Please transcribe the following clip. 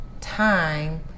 time